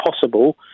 possible